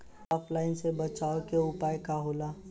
ऑफलाइनसे बचाव के उपाय का होला?